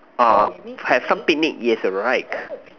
uh have some picnic yes alright